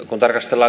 on tarkastella